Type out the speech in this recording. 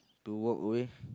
to walk away